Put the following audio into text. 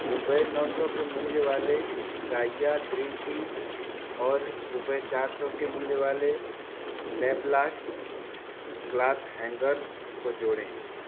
रुपये नौ सौ के मूल्य वाले गाइआ ग्रीन टी और रूपये चार सौ के मूल्य वाले लैपलास्ट क्लॉथ हैंगर्स को जोड़ें